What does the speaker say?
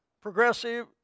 Progressive